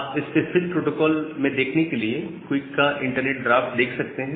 आप specific protocol में देखने के लिए क्विक का इंटरनेट ड्राफ्ट देख सकते हैं